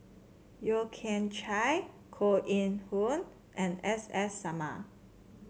Yeo Kian Chai Koh Eng Hoon and S S Sarma